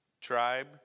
tribe